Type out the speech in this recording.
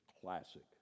classic